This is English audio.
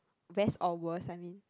best or worst I mean